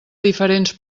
diferents